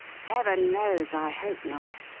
heaven knows, i hope not!